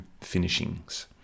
finishings